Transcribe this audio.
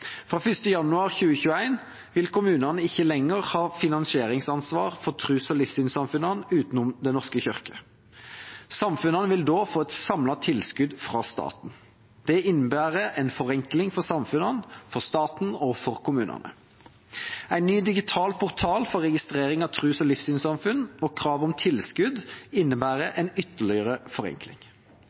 Fra 1. januar 2021 vil kommunene ikke lenger ha finansieringsansvar for tros- og livssynssamfunnene utenom Den norske kirke. Samfunnene vil da få et samlet tilskudd fra staten. Det innebærer en forenkling for samfunnene, for staten og for kommunene. En ny digital portal for registrering av tros- og livssynssamfunn og krav om tilskudd innebærer en ytterligere forenkling.